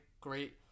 great